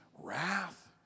wrath